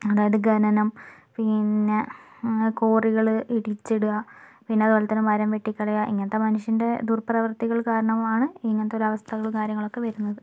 അതായത് ഖനനം പിന്നെ കോറികൾ ഇടിച്ചിടുക പിന്നെ അതുപോലെതന്നെ മരം വെട്ടി കളയുക ഇങ്ങനത്തെ മനുഷ്യൻ്റെ ദുർപ്രവർത്തികൾ കാരണമാണ് ഇങ്ങനത്തെ ഒരു അവസ്ഥകളും കാര്യങ്ങളൊക്കെ വരുന്നത്